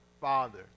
father